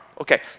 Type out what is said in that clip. Okay